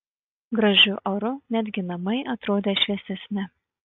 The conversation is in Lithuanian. gražiu oru netgi namai atrodė šviesesni